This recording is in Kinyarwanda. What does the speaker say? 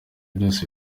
byose